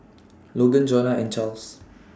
Logan Johnna and Charls